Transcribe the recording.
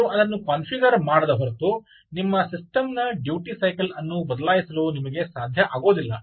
ನೀವು ಅದನ್ನು ಕಾನ್ಫಿಗರ್ ಮಾಡದ ಹೊರತು ನಿಮ್ಮ ಸಿಸ್ಟಮ್ನ ಡ್ಯೂಟಿ ಸೈಕಲ್ ಅನ್ನು ಬದಲಾಯಿಸಲು ನಿಮಗೆ ಸಾಧ್ಯ ಆಗುವುದಿಲ್ಲ